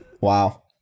Wow